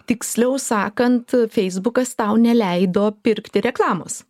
tiksliau sakant feisbukas tau neleido pirkti reklamos